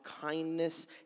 kindness